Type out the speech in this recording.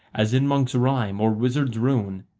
as in monk's rhyme or wizard's rune,